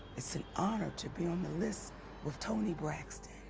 it's an honor to be on the list with toni braxton.